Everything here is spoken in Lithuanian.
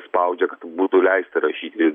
spaudžia kad būtų leista rašyti